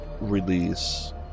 release